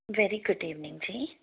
very good evening ਜੀ